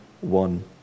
one